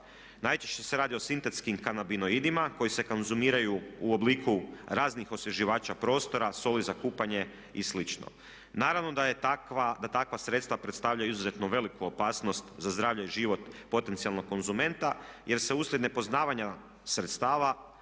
Najčešće se radi o sintetskim kanabionidima koji se konzumiraju u obliku raznih osvježivača prostora, soli za kupanje i slično. Naravno da je takva, da takva sredstva predstavljaju izuzetno veliku opasnost za zdravlje i život potencijalnog konzumenta jer se uslijed nepoznavanja sredstava